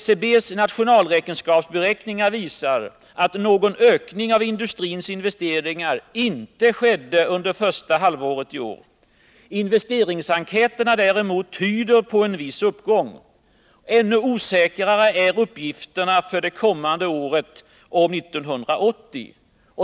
SCB:s nationalräkenskapsberäkningar visar att någon ökning av industrins investeringar inte skedde under första halvåret i år. Investeringsenkäterna däremot tyder på en viss uppgång. Ännu osäkrare är uppgifterna om det kommande året, om 1980.